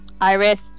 Iris